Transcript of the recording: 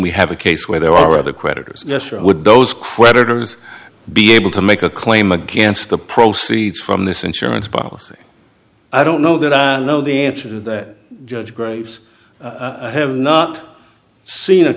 we have a case where there are other creditors would those creditors be able to make a claim against the proceeds from this insurance policy i don't know that i know the answer to that judge graves i have not seen a